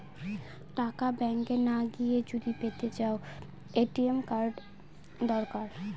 টাকা ব্যাঙ্ক না গিয়ে যদি পেতে চাও, এ.টি.এম কার্ড দরকার